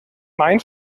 mein